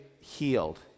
healed